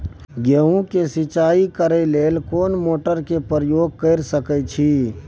गेहूं के सिंचाई करे लेल कोन मोटर के प्रयोग कैर सकेत छी?